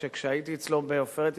כשהייתי אצלו בזמן "עופרת יצוקה"